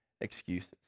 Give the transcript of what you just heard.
excuses